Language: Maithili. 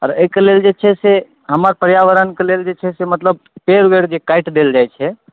आओर एहिके लेल जे छै से हमर पर्यावरण कऽ लेल जे छै से मतलब पेड़ वेड़ जे काटि देल जाइत छै